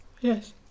Yes